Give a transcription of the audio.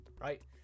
right